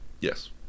Yes